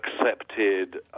accepted